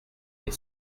des